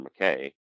McKay